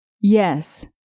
Yes